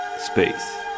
Space